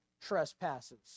trespasses